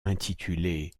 intitulée